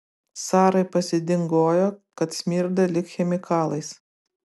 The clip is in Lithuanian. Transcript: sarai pasidingojo kad smirda lyg chemikalais